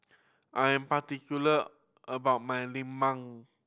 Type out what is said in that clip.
I am particular about my lemang